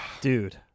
Dude